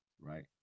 right